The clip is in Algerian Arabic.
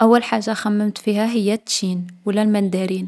أول حاجة خممت فيها هي التشين، و لا المندرين.